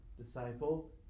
disciple